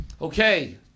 Okay